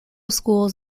schools